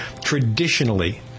traditionally